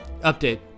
Update